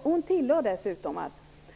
Hon tillade dessutom att